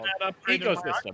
Ecosystem